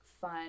fun